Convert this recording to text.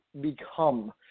become